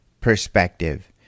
perspective